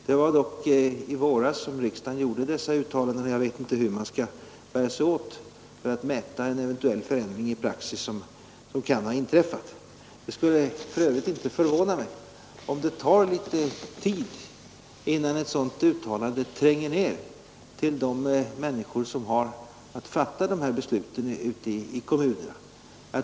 Det var dock i våras som riksdagen gjorde dessa uttalanden, och jag vet inte hur man skall bära sig åt för att mäta en Det skulle för övrigt inte förvåna mig om det tar litet tid innan ett sådant uttalande tränger ner till de människor som har att fatta dessa beslut ute i kommunerna.